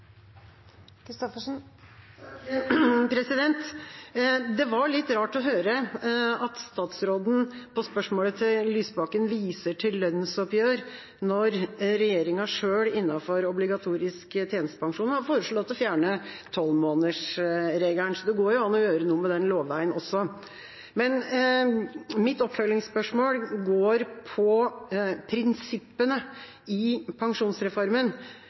Det var litt rart å høre at statsråden på spørsmålet fra representanten Lysbakken viste til lønnsoppgjør når regjeringa sjøl innenfor obligatorisk tjenestepensjon har foreslått å fjerne tolvmånedersregelen. Det går an å gjøre noe med den lovveien også. Mitt oppfølgingsspørsmål går på prinsippene i pensjonsreformen.